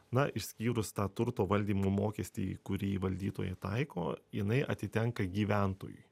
na išskyrus tą turto valdymo mokestį kurį valdytojai taiko jinai atitenka gyventojui